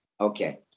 okay